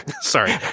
sorry